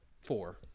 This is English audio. four